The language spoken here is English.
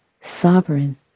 sovereign